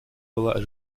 была